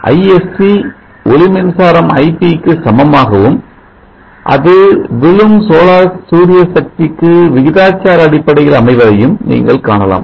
Isc ஒளி மின்சாரம் Ip க்கு சமமாகவும் அது விழும் சோலார் சூரிய சக்திக்கு விகிதாச்சார அடிப்படையில் அமைவதையும் நீங்கள் காணலாம்